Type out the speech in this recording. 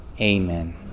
Amen